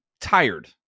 tired